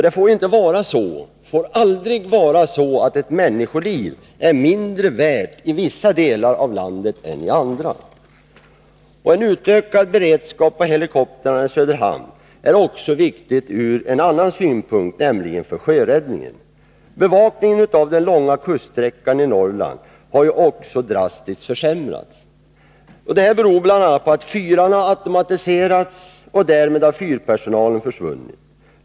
Det får aldrig vara så att ett människoliv är mindre värt i vissa delar av landet än i andra. En utökad beredskap i vad avser helikoptrarna i Söderhamn och Luleå är också viktig ur en annan synpunkt, nämligen för sjöräddningen. Bevakningen av den långa kuststräckan i Norrland har drastiskt försämrats. Detta beror bl.a. på att fyrarna har automatiserats, och därmed har fyrpersonalen försvunnit.